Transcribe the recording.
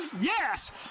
yes